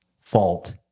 fault